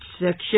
section